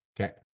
Okay